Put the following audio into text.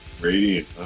Radiant